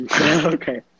Okay